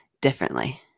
differently